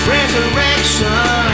Resurrection